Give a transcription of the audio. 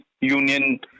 union